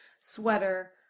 sweater